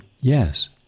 yes